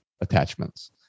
attachments